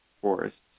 forests